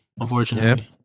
unfortunately